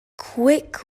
quick